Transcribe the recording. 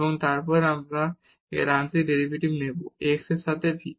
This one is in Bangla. এবং তারপর আমরা এর আংশিক ডেরিভেটিভ নেব x এর সাথে v